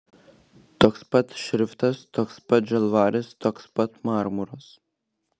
toks pat šriftas toks pat žalvaris toks pat marmuras